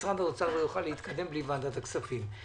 משרד האוצר לא יוכל להתקדם בלי ועדת הכספים.